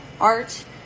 art